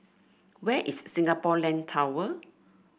where is Singapore Land Tower